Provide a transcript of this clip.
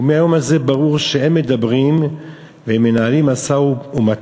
ומהיום הזה ברור שאין מדברים ואין מנהלים משא-ומתן